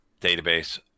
database